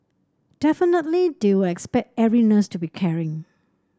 definitely they will expect every nurse to be caring